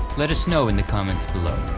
let us know in the comments below,